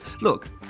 Look